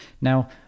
Now